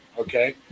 Okay